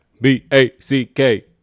B-A-C-K